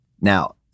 Now